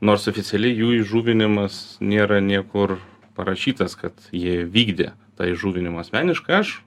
nors oficialiai jų įžuvinimas nėra niekur parašytas kad jie vykdė tą įžuvinimą asmeniškai aš